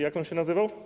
Jak on się nazywał?